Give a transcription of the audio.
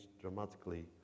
dramatically